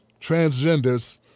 transgenders